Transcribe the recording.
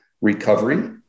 recovery